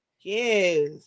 Yes